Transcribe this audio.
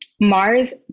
Mars